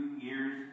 years